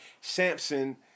Samson